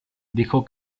dijo